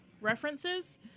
references